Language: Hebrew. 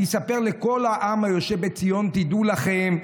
אני אספר לכל העם היושב בציון: תדעו לכם,